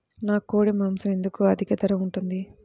నాకు కోడి మాసం ఎందుకు అధిక ధర ఉంటుంది?